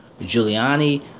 Giuliani